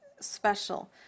special